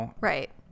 Right